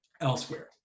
elsewhere